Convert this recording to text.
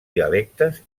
dialectes